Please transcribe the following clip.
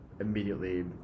immediately